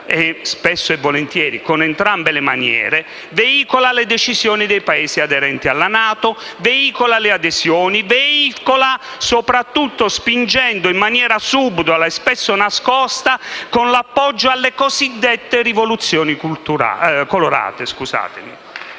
(spesso e volentieri con entrambe), veicola le decisioni dei Paesi aderenti alla NATO e le adesioni, soprattutto spingendo in maniera subdola e spesso nascosta con l'appoggio alle cosiddette rivoluzioni colorate.